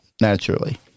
naturally